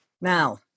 Now